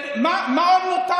שאלתי מי זה היה.